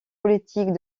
politiques